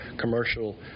commercial